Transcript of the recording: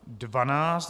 12.